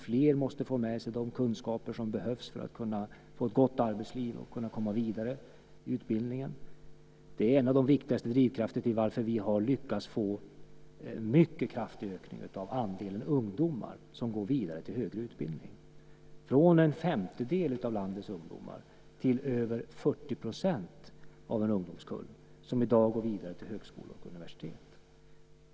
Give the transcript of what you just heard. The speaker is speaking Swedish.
Fler måste få med sig de kunskaper som behövs för att kunna få ett gott arbetsliv och komma vidare i utbildningen. Det är en av de viktigaste drivkrafterna bakom att vi har lyckats få en mycket kraftig ökning av andelen ungdomar som går vidare till högre utbildning. Det har gått från en femtedel av landets ungdomar till över 40 % av en ungdomskull som i dag går vidare till högskolor och universitet.